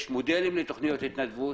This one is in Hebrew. יש מודלים לתכניות התנדבות,